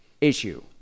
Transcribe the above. issue